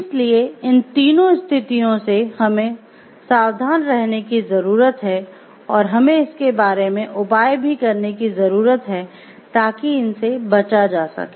इसलिए इन तीनों स्थितियों से हमें सावधान रहने की जरूरत है और हमें इसके बारे में उपाय भी करने की जरूरत है ताकि इनसे बचा जा सके